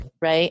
right